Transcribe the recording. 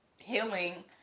healing